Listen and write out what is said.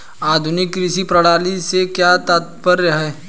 आधुनिक कृषि प्रणाली से क्या तात्पर्य है?